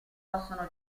possono